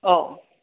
औ